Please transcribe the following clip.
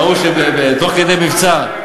ההוא, שתוך כדי מבצע,